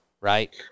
right